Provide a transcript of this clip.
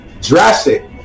drastic